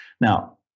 Now